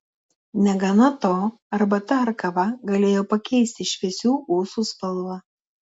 negana to arbata ar kava galėjo pakeisti šviesių ūsų spalvą